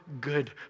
good